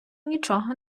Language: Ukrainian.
нічого